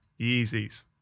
Yeezys